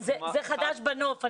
זה חדש בנוף.